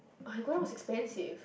oh Iguana was expensive